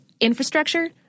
Infrastructure